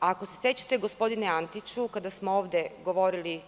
Ako se sećate gospodine Antiću, kada smo ovde govorili